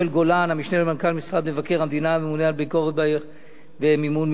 המשנה למנכ"ל משרד מבקר המדינה והממונה על ביקורת בחירות ומימון מפלגות,